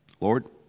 Lord